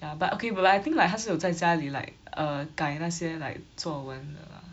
ya but okay but I think like 她是有在家里 like err 改那些 like 作文的啦